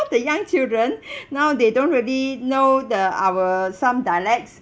the young children now they don't really know the our some dialects